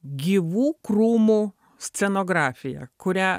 gyvų krūmų scenografiją kurią